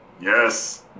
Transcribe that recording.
Yes